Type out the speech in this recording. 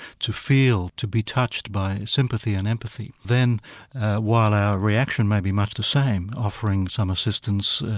to feel, to be touched by sympathy and empathy, then while our reaction may be much the same, offering some assistance,